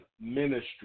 ministry